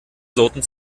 sorten